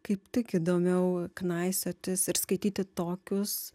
kaip tik įdomiau knaisiotis ir skaityti tokius